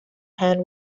hand